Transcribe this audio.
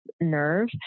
nerve